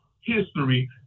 history